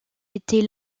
était